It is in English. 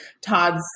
Todd's